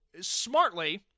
smartly